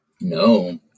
No